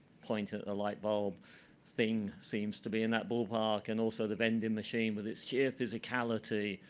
point at the lightbulb thing seems to be in that ballpark and also the vending machine with its shear physicality.